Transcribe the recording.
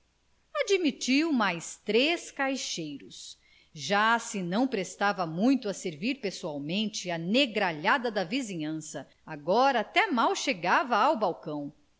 admitiu mais três caixeiros já não se prestava muito a servir pessoalmente à negralhada da vizinhança agora até mal chegava ao balcão